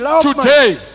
Today